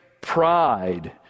pride